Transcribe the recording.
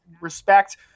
respect